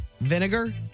vinegar